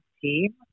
team